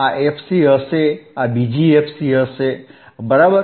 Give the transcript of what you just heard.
આ fc હશે આ બીજી fc હશે બરાબર